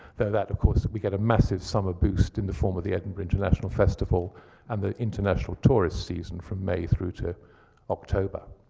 though of course we get a massive summer boost in the form of the edinburgh international festival and the international tourist season from may through to october.